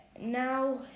Now